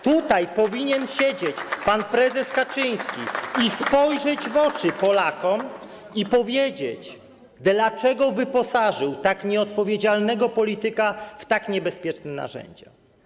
Tutaj powinien siedzieć pan prezes Kaczyński i spojrzeć w oczy Polakom i powiedzieć, dlaczego wyposażył tak nieodpowiedzialnego polityka w tak niebezpieczne narzędzia.